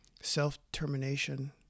self-determination